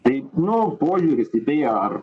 tai nu požiūris į tai ar